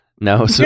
No